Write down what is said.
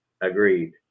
Agreed